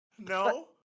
No